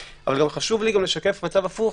חשוב לי לשקף מצב הפוך